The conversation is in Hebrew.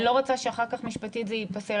לא רוצה שאחר כך משפטית זה ייפסל.